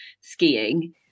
skiing